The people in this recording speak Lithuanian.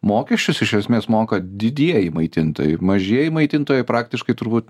mokesčius iš esmės moka didieji maitintojai mažieji maitintojai praktiškai turbūt